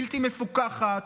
בלתי מפוקחת,